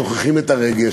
שוכחים את הרגש,